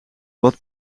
wat